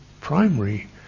primary